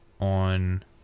on